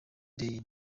they